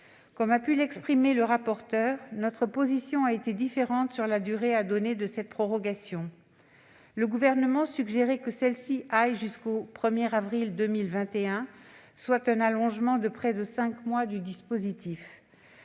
Comme le rapporteur a pu le souligner, notre position a été différente sur la durée à donner de cette prorogation. Le Gouvernement suggérait que celle-ci aille jusqu'au 1 avril 2021, soit un allongement de près de cinq mois du dispositif.